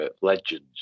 legends